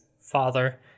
father